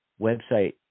website